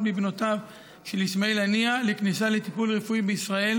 מבנותיו של אסמאעיל הנייה לכניסה לטיפול רפואי בישראל,